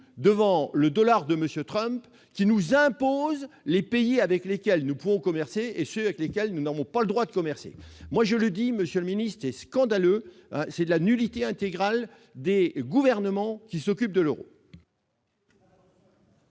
devant le dollar de Monsieur Trump qui nous impose les pays avec lesquels nous pouvons commercer et ceux avec lesquels nous n'avons pas le droit de commercer, moi je lui dis : Monsieur le ministe et scandaleux, c'est de la nullité intégrale des gouvernements qui s'occupe de l'Euro.